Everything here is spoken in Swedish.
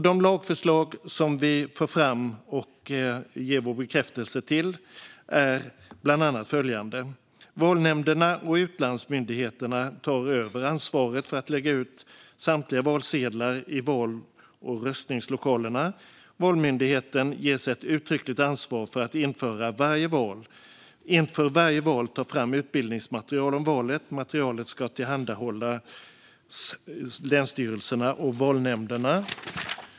De lagförslag som vi för fram och ger vår bekräftelse till är bland annat följande: Valnämnderna och utlandsmyndigheterna tar över ansvaret för att lägga ut samtliga valsedlar i val och röstningslokalerna. Valmyndigheten ges ett uttryckligt ansvar för att inför varje val ta fram utbildningsmaterial om valet. Materialet ska tillhandahållas länsstyrelserna och valnämnderna.